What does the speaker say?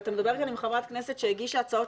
ואתה מדבר כאן עם חברת כנסת שהגישה הצעות